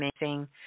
amazing